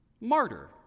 Martyr